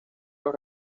los